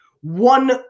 One